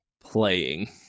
playing